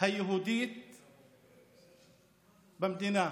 היהודית במדינה.